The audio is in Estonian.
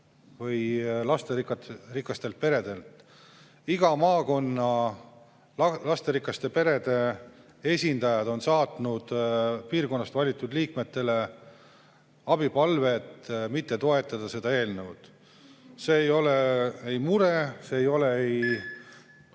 lasterikastelt peredelt. Iga maakonna lasterikaste perede esindajad on saatnud piirkonnast valitud liikmetele abipalve, et mitte toetada seda eelnõu. See ei ole ei mure … (Küsib